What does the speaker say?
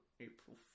April